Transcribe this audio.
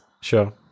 sure